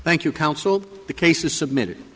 thank you counsel the case is submitted